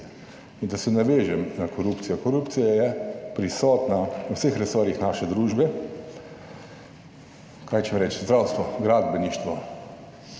In da se navežem na korupcijo. Korupcija je prisotna na vseh resorjih naše družbe. Kaj hočem reči? Zdravstvo, gradbeništvo,